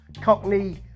cockney